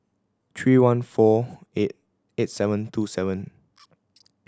three one four eight eight seven two seven